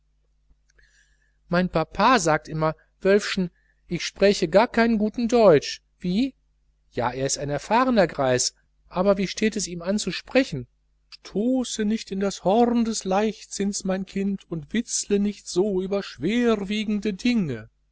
mein papa sagt immer wölfschen ich spräche keinen guten deutsch wie ja er ist ein erfahrener greis aber wie steht es ihm an zu sprechen stoße nicht in das horn des leichtsinns mein kind und witzele nicht über so schwerwiegende dinge